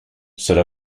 cela